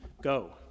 Go